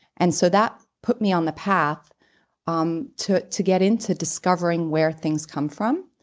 and so that put me on the path um to to get into discovering where things come from.